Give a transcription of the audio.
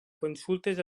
consultes